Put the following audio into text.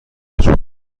وجود